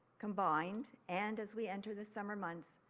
combined and as we enter the summer months,